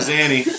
Zanny